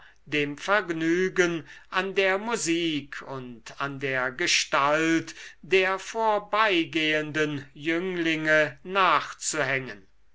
dem vergnügen an der musik und an der gestalt der vorbeigehenden jünglinge nachzuhängen